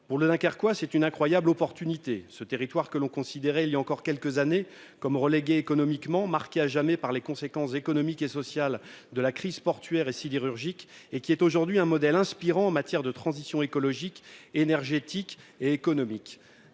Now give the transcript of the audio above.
Pour le Dunkerquois, c'est une incroyable opportunité. Ce territoire, que l'on considérait voilà encore quelques années comme relégué économiquement, marqué à jamais par les conséquences économiques et sociales de la crise portuaire et sidérurgique, est aujourd'hui un modèle inspirant en matière de transition écologique, énergétique et économique.